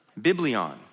biblion